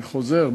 אני חוזר,